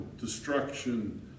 destruction